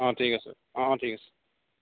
অঁ ঠিক আছে অঁ অঁ ঠিক আছে